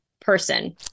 person